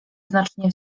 znacznie